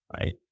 right